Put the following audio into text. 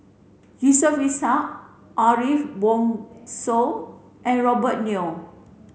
Yusof Ishak Ariff Bongso and Robert Yeo